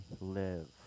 live